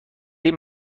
این